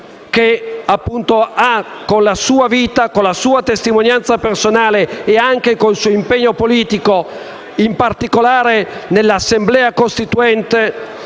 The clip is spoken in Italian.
che con la sua vita, la sua testimonianza personale e il suo impegno politico ha, in particolare nella Assemblea costituente,